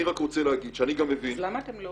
אני רק רוצה להגיד שאני גם מבין --- אז למה אתם לא